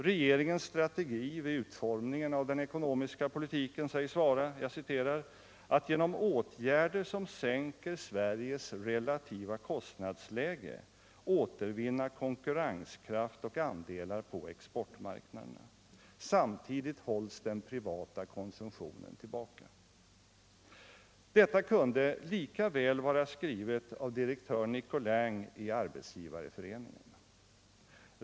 Regeringens strategi vid utformningen av den ekonomiska politiken ”att genom åtgärder som sänker Sveriges relativa kostnadsliäge återvinna konkurrenskraft och andelar på exportmarknaderna. Samtidigt hålls den privata konsumtionen tillbaka ---" Deua kunde lika väl vara skrivet av direktör Nicolin i Arbetsgivarcföreningen.